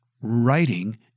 writing